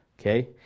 okay